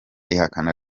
ihakana